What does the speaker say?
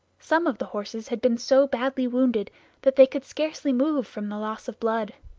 some of the horses had been so badly wounded that they could scarcely move from the loss of blood